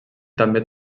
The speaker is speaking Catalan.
també